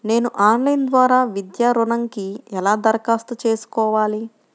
నేను ఆన్లైన్ ద్వారా విద్యా ఋణంకి ఎలా దరఖాస్తు చేసుకోవాలి?